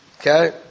Okay